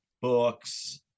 books